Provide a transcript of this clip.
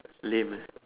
lame